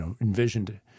envisioned